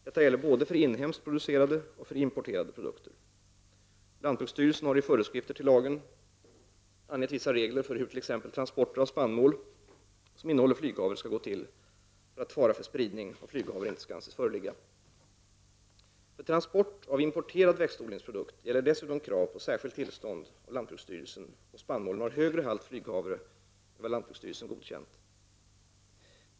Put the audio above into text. Detta gäller både för inhemskt producerade och för importerade produkter. Lantbruksstyrelsen har i föreskrifter till lagen angett vissa regler för hur t.ex. transporter av spannmål som innehåller flyghavre skall gå till för att fara för spridning av flyghavre inte skall anses föreligga. För transport av importerad växtodlingsprodukt gäller dessutom krav på särskilt tillstånd av lantbruksstyrelsen om spannmålen har högre halt flyg havre än vad lantbruksstyrelsen godkänt.